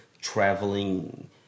traveling